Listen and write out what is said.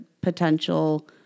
potential